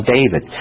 David